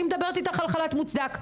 אני מדברת איתך על חל"ת מוצדק.